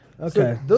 Okay